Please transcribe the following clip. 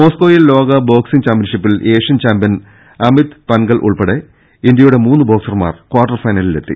മോസ്കോയിൽ ലോക ബോക്സിങ് ചാമ്പ്യൻഷിപ്പിൽ ഏഷ്യൻ ചാമ്പ്യൻ അമിത് പൻഗൽ ഉൾപ്പെടെ ഇന്ത്യയുടെ മൂന്ന് ബോക്സർമാർ ക്വാർട്ടർ ഫൈനലിലെത്തി